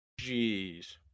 Jeez